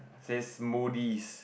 it says smoothies